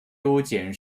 后被